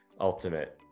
ultimate